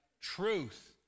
truth